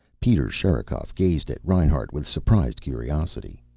peter sherikov gazed at reinhart with surprised curiosity.